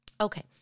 Okay